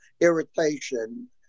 irritation